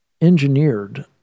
engineered